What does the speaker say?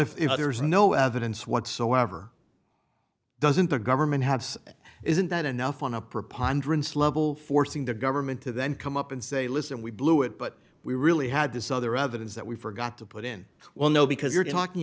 if there is no evidence whatsoever doesn't the government have isn't that enough on a preponderance level forcing the government to then come up and say listen we blew it but we really had this other evidence that we forgot to put in well no because you're talking